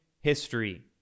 history